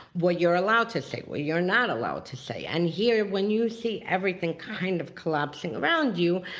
what you're allowed to say, what you're not allowed to say. and here, when you see everything kind of collapsing around you,